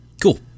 cool